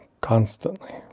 constantly